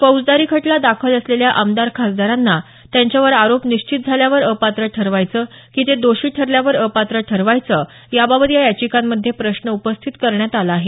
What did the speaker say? फौजदारी खटला दाखल असलेल्या आमदार खासदारांना त्यांच्यावर आरोप निश्चित झाल्यावर अपात्र ठरवायचं की ते दोषी ठरल्यावर अपात्र ठरवायचं याबाबत याचिकांमध्ये प्रश्न उपस्थित करण्यात आला आहे